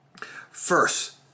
First